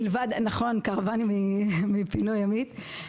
קרוואנים מפינוי ימית.